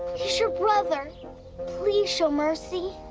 he's your brother. please show mercy.